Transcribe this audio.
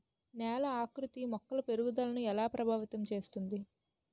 నేల ఆకృతి మొక్కల పెరుగుదలను ఎలా ప్రభావితం చేస్తుంది?